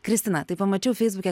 kristina tai pamačiau feisbuke